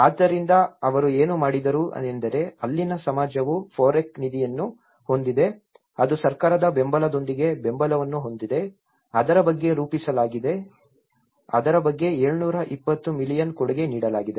ಆದ್ದರಿಂದ ಅವರು ಏನು ಮಾಡಿದರು ಎಂದರೆ ಅಲ್ಲಿನ ಸಮಾಜವು FOREC ನಿಧಿಯನ್ನು ಹೊಂದಿದೆ ಅದು ಸರ್ಕಾರದ ಬೆಂಬಲದೊಂದಿಗೆ ಬೆಂಬಲವನ್ನು ಹೊಂದಿದೆ ಅದರ ಬಗ್ಗೆ ರೂಪಿಸಲಾಗಿದೆ ಅದರ ಬಗ್ಗೆ 720 ಮಿಲಿಯನ್ ಕೊಡುಗೆ ನೀಡಲಾಗಿದೆ